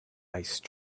ice